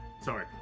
Sorry